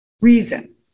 reason